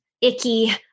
icky